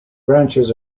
branches